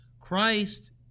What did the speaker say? Christ